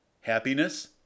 happiness